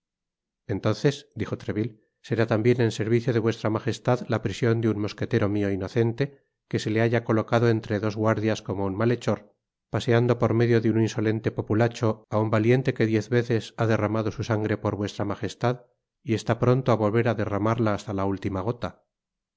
entonces dijo treville será tambien en servicio de vuestra magestad la prision de un mosquetero mio inocente que se le haya colocado entre dos guardias como un mathechor paseando por medio de un insolente populacho á un valiente que diez veces ha derramado su sangre por v m y está pronto á volver á derramarla hasta la última gota